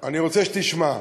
אני רוצה שתשמע.